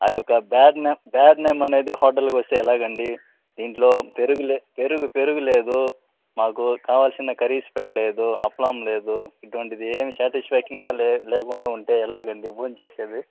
ఆ యొక్క bad name bad name అనేది హోటల్కి వస్తే ఎలాగండి దీంట్లో పెరుగు లే పెరుగు పెరుగు లేదు మాకు కావాల్సిన కర్రీస్ పెట్టలేదు అప్పడం లేదు ఇటువంటిది ఏ శాటిస్ఫ్యాక్షన్గా లే లేకుండాగా ఉంటే ఎలాగండి భోజనం చేసేది